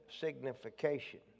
Signification